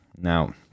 Now